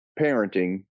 parenting